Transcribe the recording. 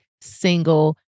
single